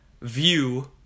view